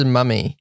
Mummy